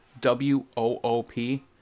W-O-O-P